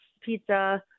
pizza